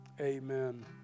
amen